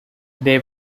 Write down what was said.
they